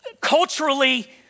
culturally